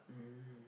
mm